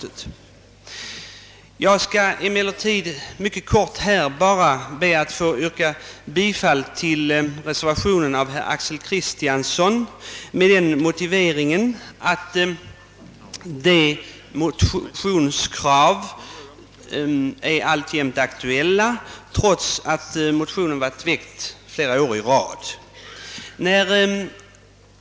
Jag skall emellertid be att få yrka bifall till reservationen av herr Axel Kristiansson m.fl. med den motiveringen, att motionskraven alltjämt är aktuella, trots att det är ganska många år sedan denna motion första gången väcktes.